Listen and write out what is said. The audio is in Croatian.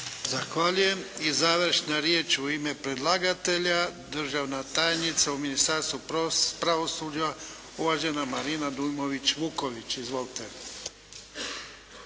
Zahvaljujem. I završna riječ u ime predlagatelja, državna tajnica u Ministarstvu pravosuđa, uvažena Marina Dujmović Vuković. Izvolite